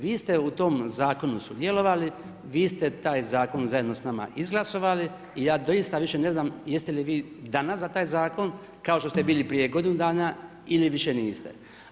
Vi ste u tom zakonu sudjelovali, vi ste taj zakon zajedno s nama izglasali i ja doista više ne znam jeste li vi danas za taj zakon kao što ste bili prije godinu dana ili više niste.